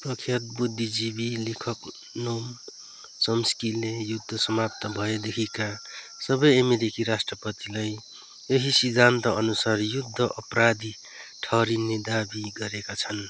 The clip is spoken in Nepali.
प्रख्यात बुद्धिजीवी लेखक नोम चोम्स्कीले युद्ध समाप्त भएदेखिका सबै अमेरिकी राष्ट्रपतिलाई यही सिद्धान्तअनुसार युद्ध अपराधी ठहरिने दाबी गरेका छन्